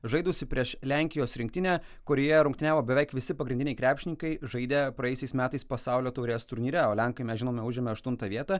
žaidusi prieš lenkijos rinktinę kurioje rungtyniavo beveik visi pagrindiniai krepšininkai žaidę praėjusiais metais pasaulio taurės turnyre o lenkai mes žinome užimė aštuntą vietą